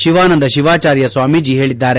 ಶಿವಾನಂದ ಶಿವಾಚಾರ್ಯ ಸ್ವಾಮಿಜಿ ಹೇಳಿದ್ದಾರೆ